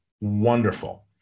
Wonderful